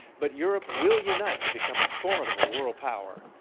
but europe will unite to become a formidable world power.